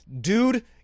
dude